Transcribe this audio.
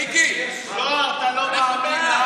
מיקי זוהר, אתה לא מאמין?